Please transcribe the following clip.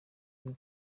iri